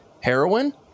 heroin